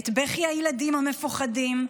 את בכי הילדים המפוחדים,